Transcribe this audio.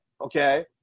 Okay